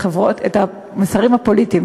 חברות הסלולר,